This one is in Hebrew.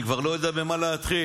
אני כבר לא יודע במה להתחיל.